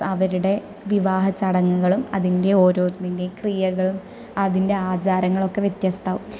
അവരുടെ വിവാഹച്ചടങ്ങുകളും അതിൻ്റെ ഓരോന്നിൻ്റെയും ക്രിയകളും അതിൻ്റെ ആചാരങ്ങളുമൊക്കെ വ്യത്യസ്തമാവും